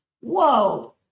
Whoa